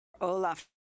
Olaf